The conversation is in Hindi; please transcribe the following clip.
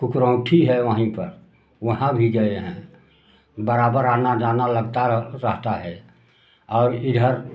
कुकुरौठी है वहीं पर वहाँ भी गए हैं बराबर आना जाना लगता रहता है और इधर